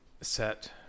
set